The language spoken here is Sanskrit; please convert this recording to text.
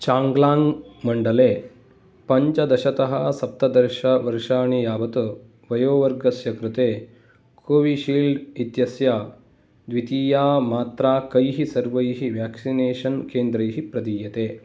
चाङ्ग्लाङ्ग् मण्डले पञ्चदशतः सप्तदश वर्षाणि यावत् वयोवर्गस्य कृते कोविशील्ड् इत्यस्य द्वितीया मात्रा कैः सर्वैः व्याक्सिनेषन् केन्द्रैः प्रदीयते